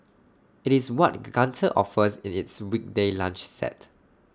IT is what Gunther offers in its weekday lunch set